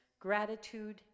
gratitude